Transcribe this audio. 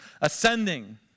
ascending